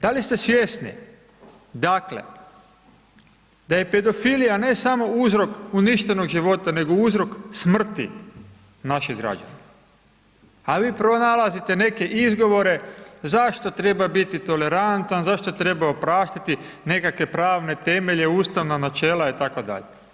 Da li ste svjesni dakle da je pedofilija ne samo uzrok uništenog života nego uzrok smrti naših građana a vi pronalazite neke izgovore zašto treba biti tolerantan, zašto treba opraštati nekakve pravne temelje, ustavna načela itd.